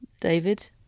David